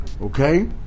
Okay